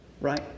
right